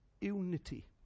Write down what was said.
unity